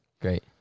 Great